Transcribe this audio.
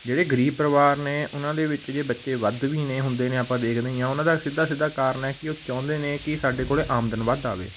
ਜਿਹੜੇ ਗਰੀਬ ਪਰਿਵਾਰ ਨੇ ਉਹਨਾਂ ਦੇ ਵਿੱਚ ਜੇ ਬੱਚੇ ਵੱਧ ਵੀ ਨੇ ਹੁੰਦੇ ਨੇ ਆਪਾਂ ਦੇਖਦੇ ਹੀ ਹਾਂ ਉਹਨਾਂ ਦਾ ਸਿੱਧਾ ਸਿੱਧਾ ਕਾਰਨ ਹੈ ਕਿ ਉਹ ਚਾਹੁੰਦੇ ਨੇ ਕਿ ਸਾਡੇ ਕੋਲ ਆਮਦਨ ਵੱਧ ਆਵੇ